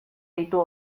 ditu